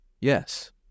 Yes